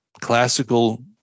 classical